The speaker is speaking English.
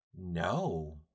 No